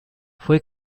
fue